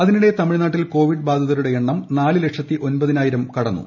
അതിനിടെ തമിഴ്നാട്ടിൽ കോവിഡ് ബാധിതരുടെ എണ്ണം നാല് ലക്ഷത്തി ഒൻപതിനായിരം കടന്നു